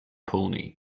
pony